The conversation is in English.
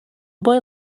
boy